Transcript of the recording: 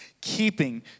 keeping